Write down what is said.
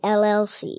llc